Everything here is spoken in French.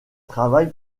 travaille